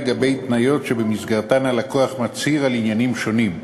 לגבי תניות שבמסגרתן הלקוח מצהיר על עניינים שונים.